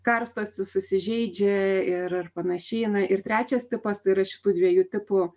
karstosi susižeidžia ir ar panašiai na ir trečias tipas yra šitų dviejų tipų